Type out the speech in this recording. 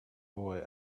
boy